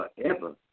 forever